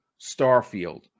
Starfield